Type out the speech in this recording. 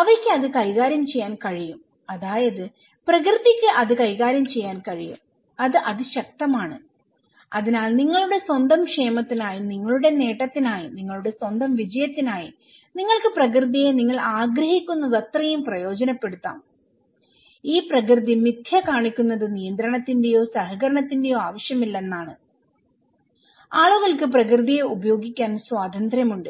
അവയ്ക്ക് അത് കൈകാര്യം ചെയ്യാൻ കഴിയുംഅതായത് പ്രകൃതിക്ക് അത് കൈകാര്യം ചെയ്യാൻ കഴിയും അത് അതിശക്തമാണ് അതിനാൽ നിങ്ങളുടെ സ്വന്തം ക്ഷേമത്തിനായി നിങ്ങളുടെ നേട്ടത്തിനായി നിങ്ങളുടെ സ്വന്തം വിജയത്തിനായി നിങ്ങൾക്ക് പ്രകൃതിയെ നിങ്ങൾ ആഗ്രഹിക്കുന്നത്രയും പ്രയോജനപ്പെടുത്താം ഈ പ്രകൃതി മിഥ്യ കാണിക്കുന്നത് നിയന്ത്രണത്തിന്റെയോ സഹകരണത്തിന്റെയോ ആവശ്യമില്ലെന്നാണ് ആളുകൾക്ക് പ്രകൃതിയെ ഉപയോഗിക്കാൻ സ്വാതന്ത്ര്യമുണ്ട്